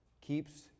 keeps